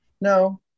No